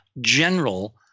general